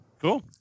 Cool